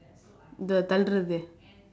the there